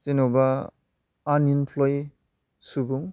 जेन'बा आन इमप्लय सुबुं